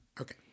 okay